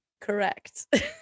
correct